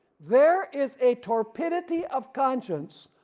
there is a torpidity of conscience,